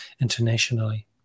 internationally